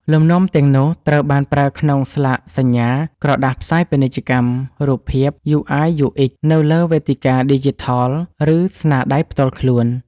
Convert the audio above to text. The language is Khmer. លំនាំទាំងនោះត្រូវបានប្រើក្នុងស្លាកសញ្ញា ក្រដាសផ្សាយពាណិជ្ជកម្ម រូបភាព UI UX នៅលើវេទិកាឌីជីថល ឬស្នាដៃផ្ទាល់ខ្លួន។